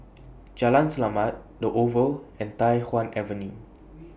Jalan Selamat The Oval and Tai Hwan Avenue